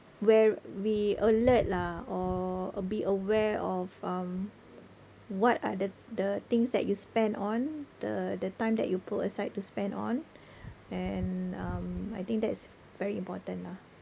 where we alert lah or uh be aware of um what are the the things that you spend on the the time that you put aside to spend on and um I think that's very important lah